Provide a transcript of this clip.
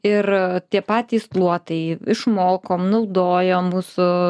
ir tie patys luotai išmokom naudojo mūsų